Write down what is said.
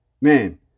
man